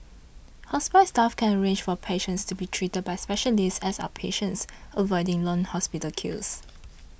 hospice staff can arrange for patients to be treated by specialists as outpatients avoiding long hospital queues